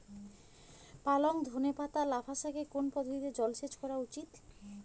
পালং ধনে পাতা লাফা শাকে কোন পদ্ধতিতে জল সেচ করা উচিৎ?